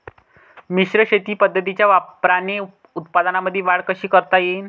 मिश्र शेती पद्धतीच्या वापराने उत्पन्नामंदी वाढ कशी करता येईन?